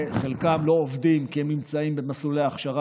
חלקם לא עובדים כי הם נמצאים במסלולי הכשרה